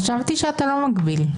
חשבתי שאתה לא מגביל.